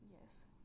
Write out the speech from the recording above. yes